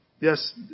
Yes